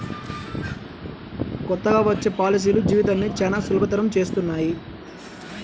కొత్తగా వచ్చే పాలసీలు జీవితాన్ని చానా సులభతరం చేస్తున్నాయి